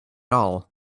all